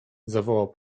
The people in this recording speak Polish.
zawołał